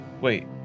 Wait